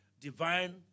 Divine